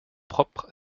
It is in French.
propre